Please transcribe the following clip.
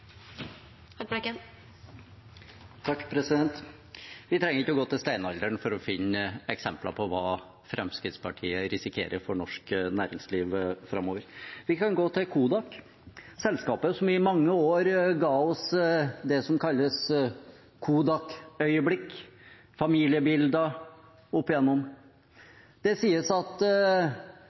Vi trenger ikke å gå til steinalderen for å finne eksempler på hva Fremskrittspartiet risikerer for norsk næringsliv framover. Vi kan gå til Kodak, selskapet som i mange år ga oss det som kalles Kodak-øyeblikk – familiebilder oppigjennom. Det sies at